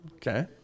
Okay